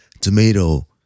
tomato